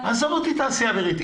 עזוב תעשייה אווירית.